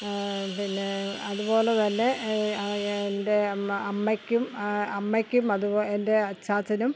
പിന്നെ അതുപോലെ തന്നെ ആ എൻ്റെ അമ്മ അമ്മയ്ക്കും അമ്മയ്ക്കും അതുപോലെ എൻ്റെ അച്ചാച്ചനും